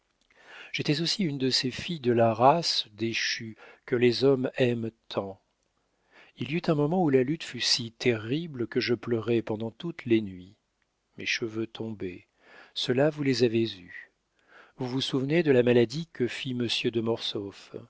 j'étais aussi une de ces filles de la race déchue que les hommes aiment tant il y eut un moment où la lutte fut si terrible que je pleurais pendant toutes les nuits mes cheveux tombaient ceux-là vous les avez eus vous vous souvenez de la maladie que fit monsieur de